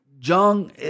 Jung